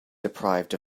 deprived